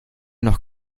noch